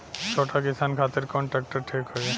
छोट किसान खातिर कवन ट्रेक्टर ठीक होई?